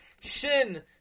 shin